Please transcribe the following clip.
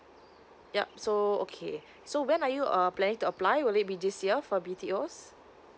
yup so okay so when are you err planning to apply would it be this year for B_T_O